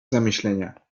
zamyślenia